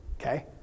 Okay